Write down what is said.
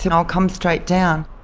and i'll come straight down.